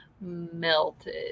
melted